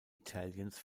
italians